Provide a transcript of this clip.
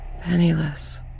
penniless